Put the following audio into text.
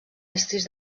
estris